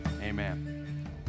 amen